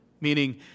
Meaning